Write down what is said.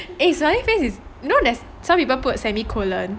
no no no eh smiley face is eh you know some people put semi-colon